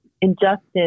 injustice